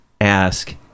ask